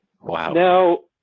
Wow